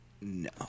No